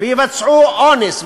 יבצעו אונס,